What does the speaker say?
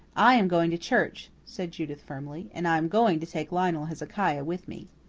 i am going to church, said judith firmly, and i am going to take lionel hezekiah with me.